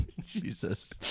Jesus